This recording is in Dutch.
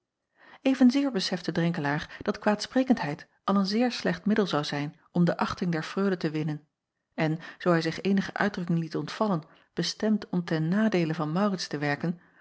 venzeer besefte renkelaer dat kwaadsprekendheid al een zeer slecht middel zou zijn om de achting der reule te winnen en zoo hij zich eenige uitdrukking liet ontvallen bestemd om ten nadeele van aurits te werken